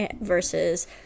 versus